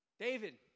David